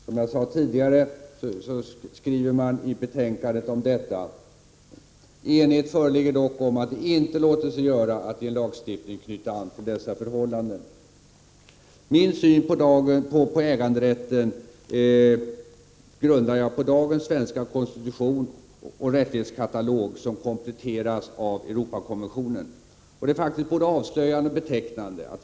Som jag sade tidigare skriver man i utredningsbetänkandet om detta: Enighet föreligger dock om att det inte låter sig göra att i en lagstiftning knyta an till dessa förhållanden. Min syn på äganderätten grundar jag på dagens svenska konstitution och rättighetskatalog, som kompletteras av Europakonventionen. Det är faktiskt både avslöjande och betecknande.